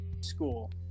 school